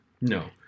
no